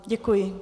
Děkuji.